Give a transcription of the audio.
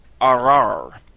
arar